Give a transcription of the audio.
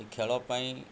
ଖେଳ ପାଇଁ